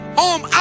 home